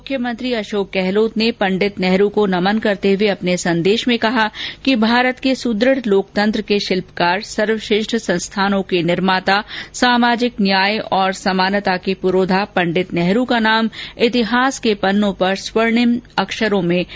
मुख्यमंत्री अशोक गहलोत ने पंडित नेहरू को नमन करते हए अपने संदेश में कहा कि भारत के सुदृढ लोकतंत्र के शिल्पकार सर्वश्रेष्ठ संस्थानों के निर्माता सामाजिक न्याय और समानता के पूरोधा पंडित नेहरू का नाम इतिहास के पन्नों पर स्वर्णिम अक्षरों में अंकित है